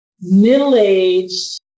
middle-aged